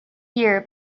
year